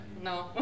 No